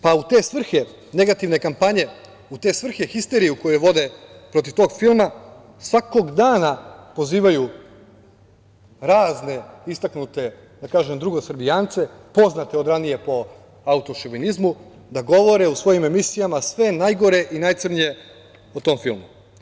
Pa, u te svrhe negativne kampanje, u te svrhe histerije koju vode protiv tog filma, svakog dana pozivaju razne istaknute, da tako kažem, drugosrbijance, poznate od ranije po autošovinizmu, da govore u svojim emisijama sve najgore i najcrnje o tom filmu.